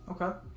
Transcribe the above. Okay